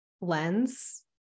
lens